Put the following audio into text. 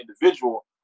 individual